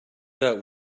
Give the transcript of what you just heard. out